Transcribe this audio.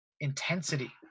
intensity